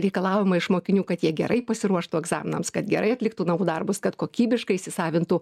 reikalaujama iš mokinių kad jie gerai pasiruoštų egzaminams kad gerai atliktų namų darbus kad kokybiškai įsisavintų